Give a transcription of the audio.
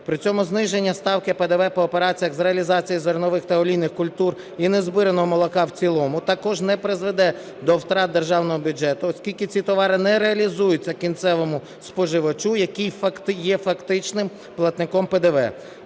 При цьому зниження ставки ПДВ по операціях з реалізації зернових та олійних культур і незбираного молока в цілому також не призведе до втрат державного бюджету, оскільки ці товари не реалізуються кінцевому споживачу, який є фактичним платником ПДВ.